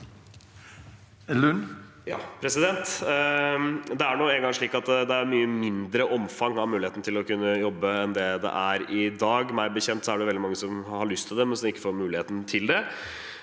Det er nå en- gang slik at det er mye mindre omfang av muligheter til å kunne jobbe i dag. Meg bekjent er det veldig mange som har lyst til det, men som ikke får muligheten til det.